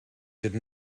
did